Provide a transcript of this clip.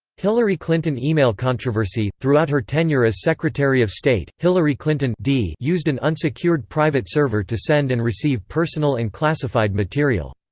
hillary clinton email controversy throughout her tenure as secretary of state, hillary clinton used an unsecured private server to send and receive personal and classified material.